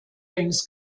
rings